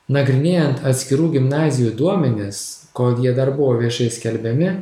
nagrinėjant atskirų gimnazijų duomenis kol jie dar buvo viešai skelbiami